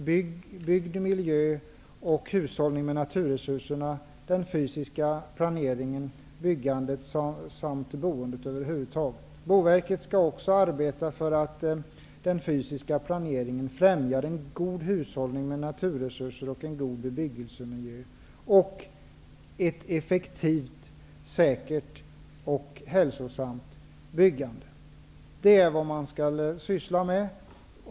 Det gäller bygd, miljö, hushållning med naturresurserna, den fysiska planeringen, byggandet samt boendet över huvud taget. Boverket skall också arbeta för att den fysiska planeringen främjar en god hushållning med naturresurser, en god bebyggelsemiljö och ett effektivt, säkert och hälsosamt byggande. Det är vad man skall syssla med.